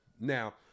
Now